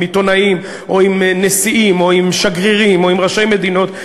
עם עיתונאים או עם נשיאים או עם שגרירים או עם ראשי מדינות,